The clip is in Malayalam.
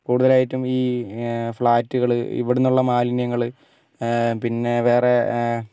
കൂടുതലായിട്ടും ഈ ഫ്ളാറ്റുകൾ ഇവിടുന്നുള്ള മാലിന്യങ്ങൾ പിന്നെ വേറെ